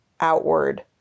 outward